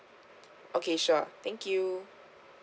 okay sure thank you